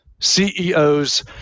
ceos